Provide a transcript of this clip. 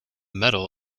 medal